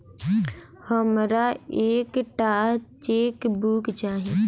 हमरा एक टा चेकबुक चाहि